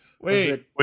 wait